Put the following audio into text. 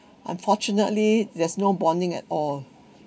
unfortunately there's no bonding at all